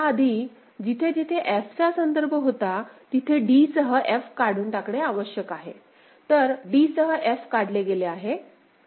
तर त्याआधी जिथे जिथे f चा संदर्भ होता तिथे d सह f काढून टाकणे आवश्यक आहे तर d सह f काढले गेले आहे